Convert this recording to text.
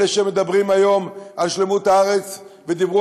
אלה שמדברים היום על שלמות הארץ ודיברו